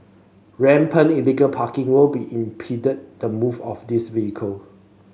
rampant illegal parking will impede the move of these vehicle